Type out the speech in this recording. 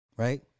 Right